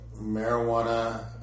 marijuana